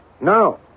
No